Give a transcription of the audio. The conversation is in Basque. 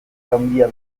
handia